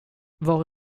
var